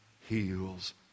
heals